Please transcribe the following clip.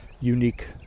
unique